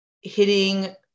hitting